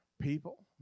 people